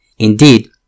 Indeed